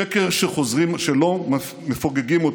שקר שלא מפוגגים,